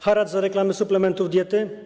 Haracz za reklamy suplementów diety?